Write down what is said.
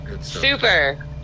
Super